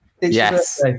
Yes